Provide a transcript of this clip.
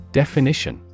definition